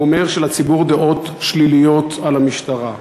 הוא אומר שלציבור דעות שליליות על המשטרה.